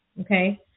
okay